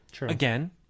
Again